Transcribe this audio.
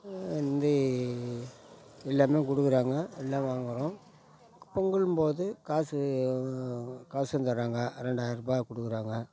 வந்து எல்லாமே கொடுக்கறாங்க எல்லாம் வாங்கிறோம் பொங்கலும்போது காசு காசும் தராங்க ரெண்டாயிரம் ரூபாய் கொடுக்கறாங்க